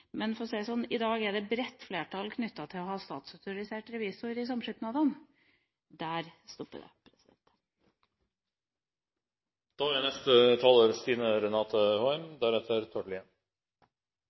Men i dag er det bredt flertall knyttet til å ha statsautorisert revisor i samskipnadene. Der stopper det. Takk til saksordføreren som redegjorde godt for de tiltakene vi er